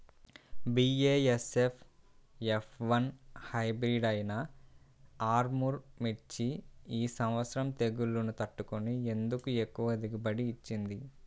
BASF F one hybrid అయినా ఆర్ముర్ మిర్చి ఈ సంవత్సరం తెగుళ్లును తట్టుకొని ఎందుకు ఎక్కువ దిగుబడి ఇచ్చింది?